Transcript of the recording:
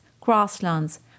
grasslands